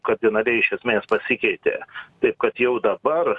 kardinaliai iš esmė pasikeitė taip kad jau dabar